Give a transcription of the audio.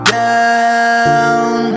down